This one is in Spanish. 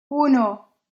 uno